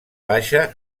baixa